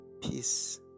peace